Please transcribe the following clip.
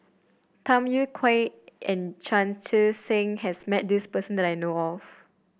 Tham Yui Kai and Chan Chee Seng has met this person that I know of